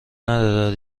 ندارد